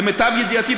למיטב ידיעתי,